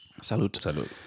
Salud